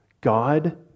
God